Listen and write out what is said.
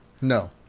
No